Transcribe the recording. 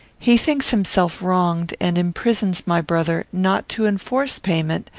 he thinks himself wronged, and imprisons my brother, not to enforce payment,